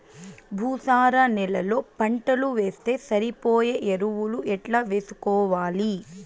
భూసార నేలలో పంటలు వేస్తే సరిపోయే ఎరువులు ఎట్లా వేసుకోవాలి?